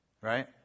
Right